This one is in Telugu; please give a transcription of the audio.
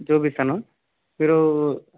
చూపిస్తాను మీరు